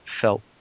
felt